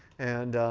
and